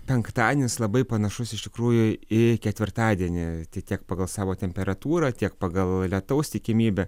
penktadienis labai panašus iš tikrųjų į ketvirtadienį tai tiek pagal savo temperatūrą tiek pagal lietaus tikimybę